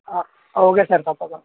okay sir తప్పకుండా